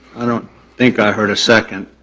i don't think i heard a second.